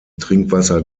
trinkwasser